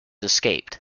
escaped